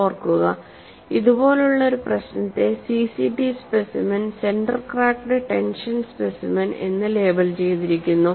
ഓർക്കുക ഇതുപോലുള്ള ഒരു പ്രശ്നത്തെ CCT specimen centre cracked tension specimen എന്ന് ലേബൽ ചെയ്തിരിക്കുന്നു